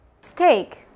Steak